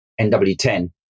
NW10